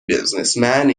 businessman